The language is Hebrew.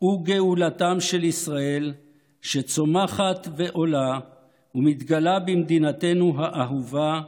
וגאולתם של ישראל שצומחת ועולה ומתגלה במדינתנו האהובה,